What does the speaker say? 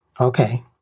Okay